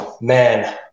Man